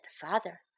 father